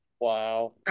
Wow